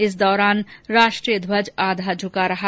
इस दौरान राष्ट्रीय ध्वज आधा झुका रहा